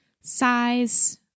Size